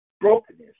Brokenness